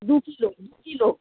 দু কিলো দু কিলো